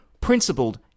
principled